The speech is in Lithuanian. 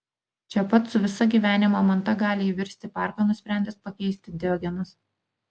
čia pat su visa gyvenimo manta gali įvirsti parką nusprendęs pakeisti diogenas